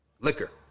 liquor